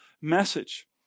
message